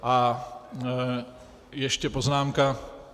A ještě poznámka.